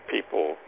people